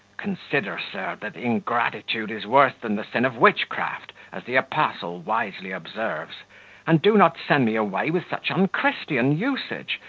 consider, sir, that ingratitude is worse than the sin of witchcraft, as the apostle wisely observes and do not send me away with such unchristian usage,